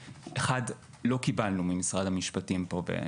1. לא קיבלנו ממשרד המשפטים פה תשובה לגבי מה עמדת